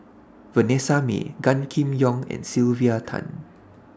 Vanessa Mae Gan Kim Yong and Sylvia Tan